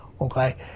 Okay